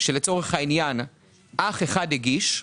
שלצורך העניין אח אחד הגיש,